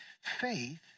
faith